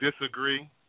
disagree